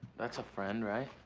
that's a friend, right?